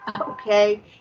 okay